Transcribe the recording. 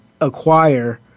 acquire